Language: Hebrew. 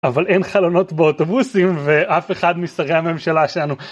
אבל אין חלונות באוטובוסים ואף אחד משרי הממשלה שלנו.